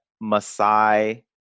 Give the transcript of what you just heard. Masai